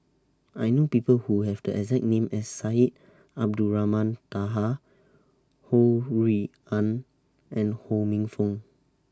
I know People Who Have The exact name as Syed Abdulrahman Taha Ho Rui An and Ho Minfong